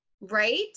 Right